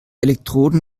elektroden